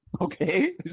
Okay